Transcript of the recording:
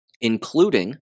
including